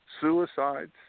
suicides